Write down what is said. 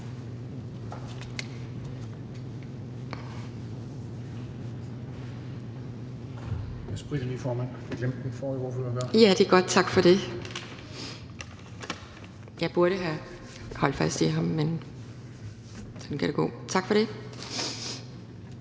Tak for det.